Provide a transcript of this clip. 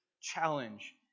challenge